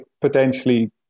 potentially